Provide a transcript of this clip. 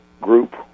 group